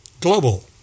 global